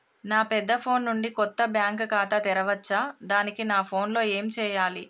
నా పెద్ద ఫోన్ నుండి కొత్త బ్యాంక్ ఖాతా తెరవచ్చా? దానికి నా ఫోన్ లో ఏం చేయాలి?